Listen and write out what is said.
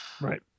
Right